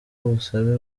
ubusabe